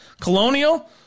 Colonial